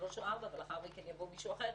שלוש או ארבע ולאחר מכן יבוא מישהו אחר,